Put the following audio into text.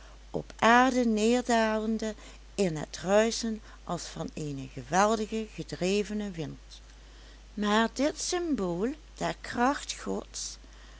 op aarde nederdalende in het ruischen als van eenen geweldigen gedrevenen wind maar dit symbool der kracht gods